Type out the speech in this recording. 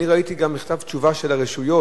אני ראיתי גם מכתב תשובה של הרשויות,